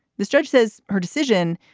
this judge says her decision,